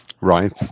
right